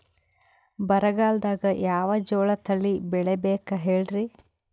ಬರಗಾಲದಾಗ್ ಯಾವ ಜೋಳ ತಳಿ ಬೆಳಿಬೇಕ ಹೇಳ್ರಿ?